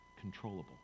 controllable